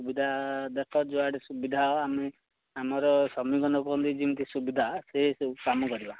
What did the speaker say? ସୁବିଧା ଦେଖ ଯେଉଁଆଡ଼େ ସୁବିଧା ହେବ ଆମେ ଆମର ଶ୍ରମିକ ଲୋକଙ୍କ ଯେମିତି ସୁବିଧା ସେ ସବୁ କାମ କରିବା